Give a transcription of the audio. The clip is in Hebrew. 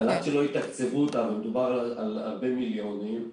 אבל עד שלא יתקצבו אותה, ומדובר על הרבה מיליונים.